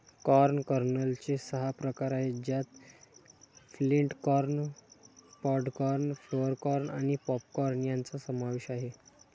corn कर्नलचे सहा प्रकार आहेत ज्यात flint corn, pod corn, flour corn आणि पॉप कॉर्न यांचा समावेश आहे